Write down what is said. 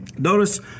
Notice